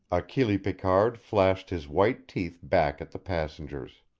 achille picard flashed his white teeth back at the passengers,